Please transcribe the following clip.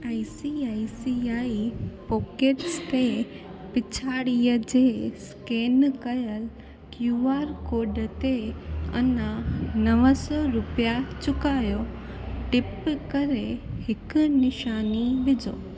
I C I C I pockets ते पिछाड़ीअ जे स्केन कयल क्यू आर कोड ते अञा नव सौ रुपिया चुकायो टिप करे हिक निशानी विझो